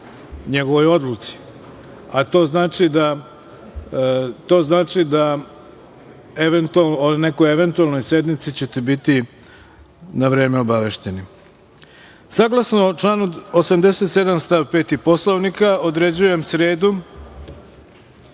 njegovoj odluci, a to znači da o nekoj eventualnoj sednici ćete biti na vreme obavešteni. Saglasno članu 87. stav 5. Poslovnika, određujem sredu,